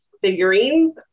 figurines